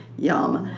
yum.